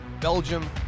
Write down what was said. Belgium